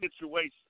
situation